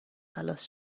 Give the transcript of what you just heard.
خلاص